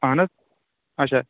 اَہَن حظ اچھا